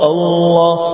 Allah